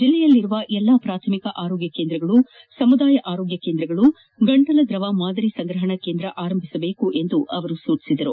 ಜಿಲ್ಲೆಯಲ್ಲಿರುವ ಎಲ್ಲಾ ಪ್ರಾಥಮಿಕ ಆರೋಗ್ಡ ಕೇಂದ್ರಗಳು ಸಮುದಾಯ ಆರೋಗ್ಡ ಕೇಂದ್ರಗಳು ಗಂಟಲು ದ್ರವ ಮಾದರಿ ಸಂಗ್ರಹಣಾ ಕೇಂದ್ರ ಆರಂಭಿಸುವಂತೆ ತಿಳಿಸಿದ್ದಾರೆ